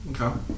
Okay